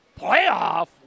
playoff